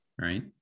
right